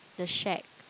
the shack